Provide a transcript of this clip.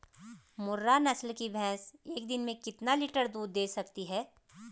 मुर्रा नस्ल की भैंस एक दिन में कितना लीटर दूध दें सकती है?